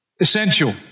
essential